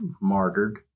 martyred